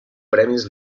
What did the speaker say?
premis